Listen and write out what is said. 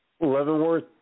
Leavenworth